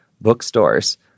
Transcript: bookstores